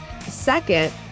Second